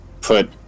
put